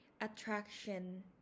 attraction